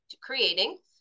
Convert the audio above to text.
creating